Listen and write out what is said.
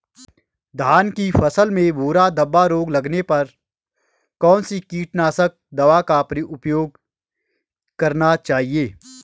धान की फसल में भूरा धब्बा रोग लगने पर कौन सी कीटनाशक दवा का उपयोग करना चाहिए?